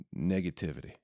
negativity